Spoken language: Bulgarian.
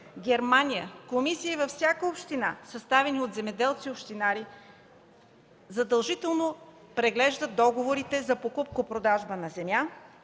Германия – комисии във всяка община, съставени от земеделски общинари, задължително преглеждат договорите за покупко-продажба на земя